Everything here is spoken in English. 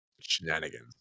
Shenanigans